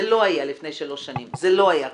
זה לא היה לפני שלוש שנים, זה לא היה ככה.